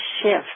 shift